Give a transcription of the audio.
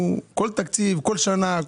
כל תקציב, כל שנה.